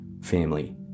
family